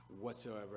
whatsoever